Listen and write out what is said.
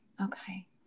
okay